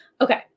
Okay